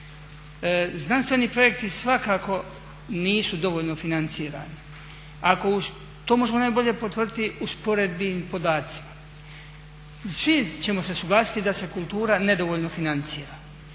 Znanstveni projekti svakako nisu dovoljno financirani, to možemo najbolje potvrditi usporednim podacima. I svi ćemo se suglasiti da se kultura nedovoljno financira,